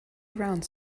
around